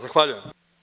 Zahvaljujem.